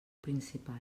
principal